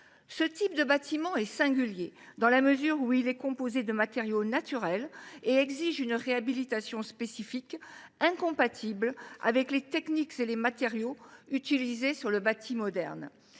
Ce type de bâtiment est singulier : il est composé de matériaux naturels et exige une réhabilitation spécifique, incompatible avec les techniques et les matériaux utilisés sur le bâti moderne.